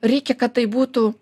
reikia kad tai būtų